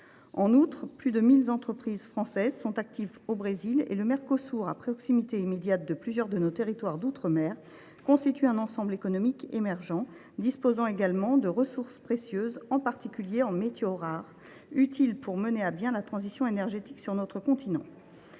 En outre, plus de 1 000 entreprises françaises sont actives au Brésil. Le Mercosur, à proximité immédiate de plusieurs de nos territoires d’outre mer, constitue un ensemble économique émergent qui dispose de ressources précieuses, en particulier en métaux rares, utiles pour mener à bien la transition énergétique sur notre continent.